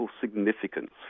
significance